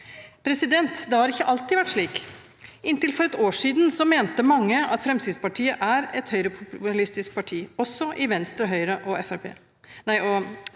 unnskyldning. Det har ikke alltid vært slik. Inntil for et år siden mente mange at Fremskrittspartiet er et høyrepopulistisk parti, også i Venstre, Høyre og